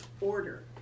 order